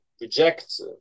reject